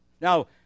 Now